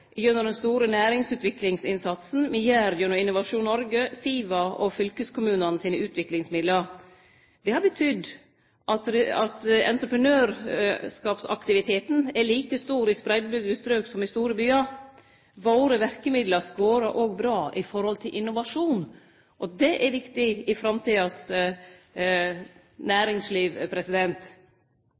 gjennom den store næringsutviklingsinnsatsen me gjer gjennom Innovasjon Norge, SIVA og fylkeskommunane sine utviklingsmidlar. Det har betydd at entreprenørskapsaktiviteten er like stor i spreittbygde strøk som i store byar. Våre verkemiddel skårar òg bra i forhold til innovasjon, og det er viktig i framtidas næringsliv.